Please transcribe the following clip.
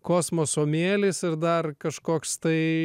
kosmoso mėlis ir dar kažkoks tai